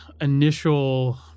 initial